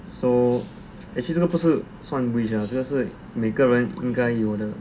so actually 这个不算 rich lah 是说每个人应该有的